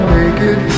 naked